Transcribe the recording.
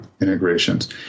integrations